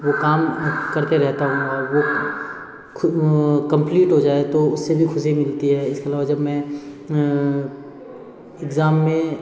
वो काम कर के रहता हूँ और वो खु कम्पलीट हो जाए तो उससे भी ख़ुशी मिलती है इसके अलावा जब मैं एग्ज़ाम में